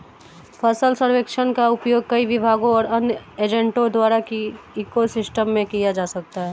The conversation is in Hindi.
फसल सर्वेक्षण का उपयोग कई विभागों और अन्य एजेंटों द्वारा इको सिस्टम में किया जा सकता है